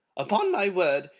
upon my word,